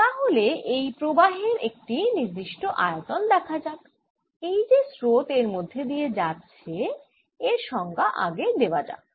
তাহলে এই প্রবাহের একটি নির্দিষ্ট আয়তন দেখা যাক এই যে স্রোত এর মধ্যে দিয়ে যাচ্ছে এর সংজ্ঞা আগে দেওয়া যাক